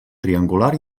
triangular